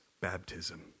baptism